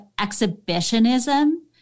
exhibitionism